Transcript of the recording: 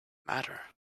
matter